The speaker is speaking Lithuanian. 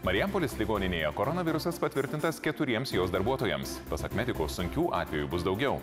marijampolės ligoninėje koronavirusas patvirtintas keturiems jos darbuotojams pasak mediko sunkių atvejų bus daugiau